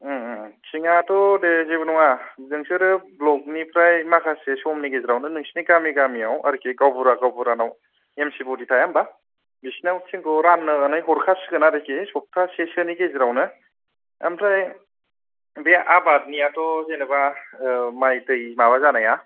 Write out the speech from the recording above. टिङाथ' दे जेबो नङा नोंसोरो ब्लक निफ्राय माखासे समनि गेजेरावनो नोंसिनि गामि गामियाव आरोखि गावबुरा गावबुरानाव एम चि बदि थाया होनबा बिसोरनाव टिंखौ राननानै हरखासिगोन आरोखि सप्तासेसोनि गेजेरावनो ओमफ्राय बे आबादनियाथ' जेन'बा माय दै माबा जानाया